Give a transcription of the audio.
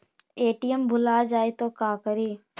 ATM भुला जाये त का करि?